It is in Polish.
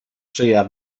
czyja